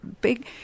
big